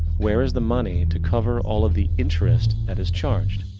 where is the money to cover all of the interest that is charged?